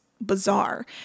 bizarre